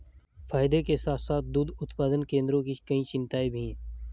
फायदे के साथ साथ दुग्ध उत्पादन केंद्रों की कई चिंताएं भी हैं